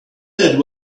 that